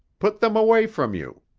put them away from you.